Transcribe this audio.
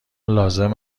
لازم